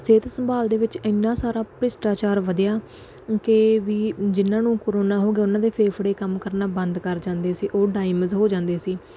ਸਿਹਤ ਸੰਭਾਲ ਦੇ ਵਿੱਚ ਐਨਾ ਸਾਰਾ ਭ੍ਰਿਸ਼ਟਾਚਾਰ ਵਧਿਆ ਕਿ ਵੀ ਜਿਨ੍ਹਾਂ ਨੂੰ ਕਰੋਨਾ ਹੋ ਗਿਆ ਉਹਨਾਂ ਦੇ ਫੇਫੜੇ ਕੰਮ ਕਰਨਾ ਬੰਦ ਕਰ ਜਾਂਦੇ ਸੀ ਉਹ ਡਾਇਮਜ ਹੋ ਜਾਂਦੇ ਸੀ